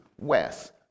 West